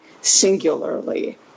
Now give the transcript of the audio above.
singularly